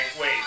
wait